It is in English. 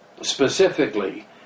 specifically